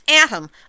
atom